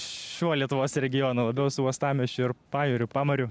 šiuo lietuvos regionu labiau su uostamiesčiu ir pajūriu pamariu